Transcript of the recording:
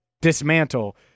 dismantle